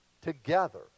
together